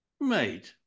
made